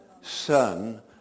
Son